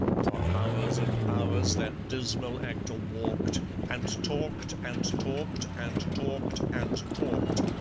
for hours and hours that dismal actor walked, and talked, and talked, and talked, and talked,